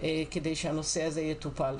כדי שהנושא הזה יטופל.